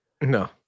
No